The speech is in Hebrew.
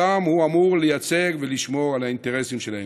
שאותם הוא אמור לייצג ולשמור על האינטרסים שלהם.